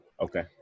Okay